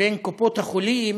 בין קופות החולים